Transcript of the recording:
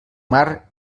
mar